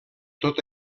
tot